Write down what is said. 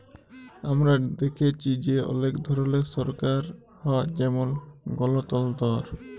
আমরা দ্যাখেচি যে অলেক ধরলের সরকার হ্যয় যেমল গলতলতর